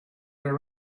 our